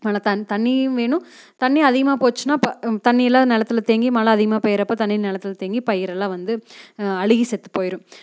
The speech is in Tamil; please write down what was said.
தண்ணியும் வேணும் தண்ணி அதிகமாக போய்ச்சினா தண்ணி இல்லாத நிலத்துல தேங்கி மழை அதிகமாக பெயிறப்ப தண்ணி நிலத்துல தேங்கி பயிரல்லான் வந்து அழுகி செத்துபோயிரும்